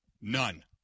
None